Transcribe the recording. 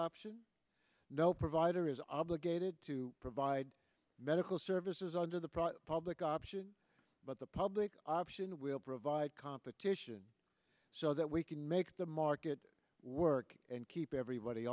option no provider is obligated to provide medical services under the private public option but the public option will provide competition so that we can make the market work and keep everybody